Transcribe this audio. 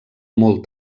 molt